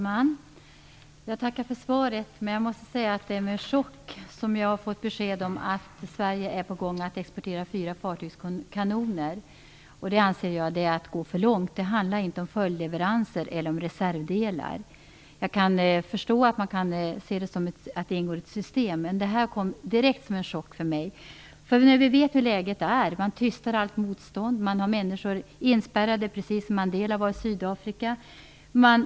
Herr talman! Jag tackar för svaret. Jag reagerade med chock när jag fick besked om att Sverige är på gång att exportera fyra fartygskanoner till Indonesien. Detta är att gå för långt. Det handlar inte om följdleveranser eller om reservdelar, även om jag kan förstå att man ser det som att det ingår i ett system. Det här kom som en direkt chock för mig. Vi vet hurdant läget är i Indonesien. Allt motstånd tystas. Människor hålls inspärrade på samma sätt som Mandela var inspärrad i Sydafrika.